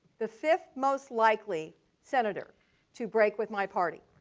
the fifth most likely senator to break with my party.